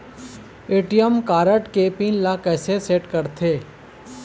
ATM card के pin ला कैसे सेट करथे?